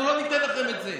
אנחנו לא ניתן לכם את זה,